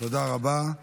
תודה רבה.